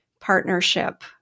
partnership